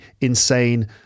insane